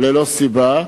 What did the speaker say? ללא סיבה,